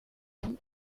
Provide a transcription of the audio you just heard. ont